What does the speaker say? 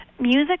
Music